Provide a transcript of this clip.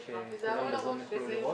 תראו כמה עמודי חשמל מצד שמאל.